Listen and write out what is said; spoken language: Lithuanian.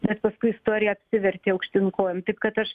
bet paskui istorija apsivertė aukštyn kojom taip kad aš